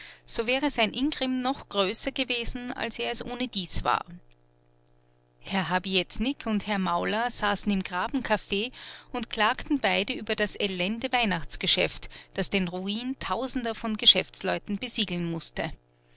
so wäre sein ingrimm noch größer gewesen als er es ohnedies war herr habietnik und herr mauler saßen im grabenkaffee und klagten beide über das elende weihnachtsgeschäft das den ruin tausender von geschäftsleuten besiegeln mußte